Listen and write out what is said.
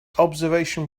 observation